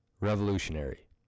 revolutionary